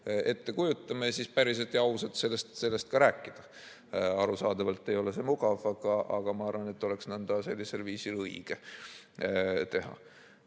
ette kujutame, ja päriselt ja ausalt sellest ka rääkida. Arusaadavalt ei ole see mugav, aga ma arvan, et nõnda oleks õige teha.